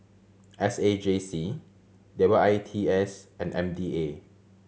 S A J C W I T S and M D A